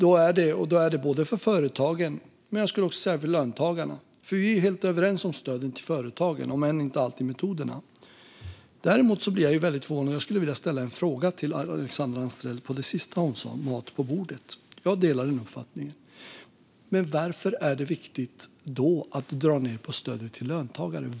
Då är det både för företagen och för löntagarna. Vi är ju helt överens om stöden till företagen, om än inte alltid metoderna. Däremot blev jag lite förvånad över det sista Alexandra Anstrell sa om mat på bordet, och jag skulle vilja ställa en fråga till henne om det. Jag delar hennes uppfattning, men varför är det i det läget viktigt att dra ned på stödet till löntagare?